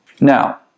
Now